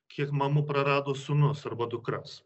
kiek mamų prarado sūnus arba dukras